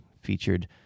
featured